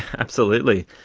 absolutely.